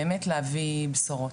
באמת להביא בשורות.